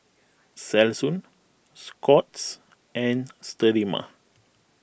Selsun Scott's and Sterimar